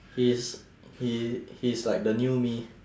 he's he he's like the new me